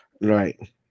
Right